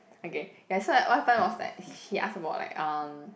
okay ya so what happened was like he asked about like um